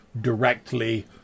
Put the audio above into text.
directly